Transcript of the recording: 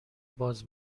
باز